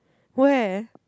where